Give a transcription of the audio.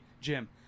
Jim